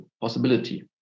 possibility